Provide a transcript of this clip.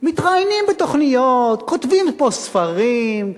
מתראיינים בתוכניות, כותבים פה ספרים.